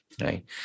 right